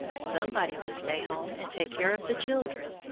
somebody must stay home and take care of the children,